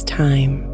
time